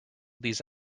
these